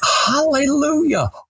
Hallelujah